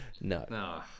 no